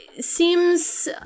Seems